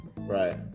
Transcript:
right